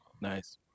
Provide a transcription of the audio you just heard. nice